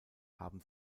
haben